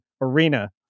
arena